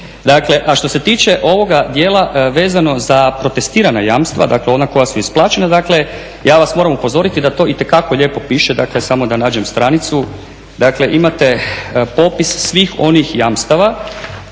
toga. Što se tiče ovoga dijela vezano za protestirana jamstva ona koja su isplaćena, ja vas moramo upozoriti da to itekako lijepo piše samo da nađem stranicu, dakle imate popis svih onih jamstava